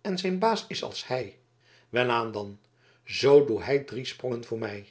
en zijn baas is als hij welaan dan zoo doe hij drie sprongen voor mij